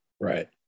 Right